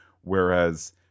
whereas